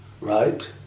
right